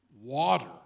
water